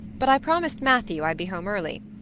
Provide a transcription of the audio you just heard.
but i promised matthew i'd be home early.